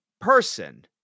person